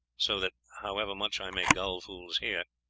so that however much i may gull fools here,